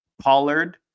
Pollard